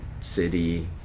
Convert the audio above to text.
city